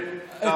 כן.